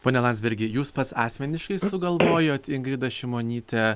pone landsbergi jūs pats asmeniškai sugalvojot ingridą šimonytę